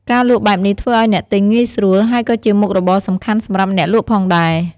ការលក់បែបនេះធ្វើឲ្យអ្នកទិញងាយស្រួល ហើយក៏ជាមុខរបរសំខាន់សម្រាប់អ្នកលក់ផងដែរ។